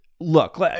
Look